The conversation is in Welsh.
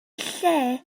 lle